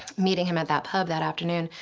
meeting him at that pub that afternoon.